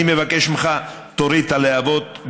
אני מבקש ממך: תוריד את הלהבות,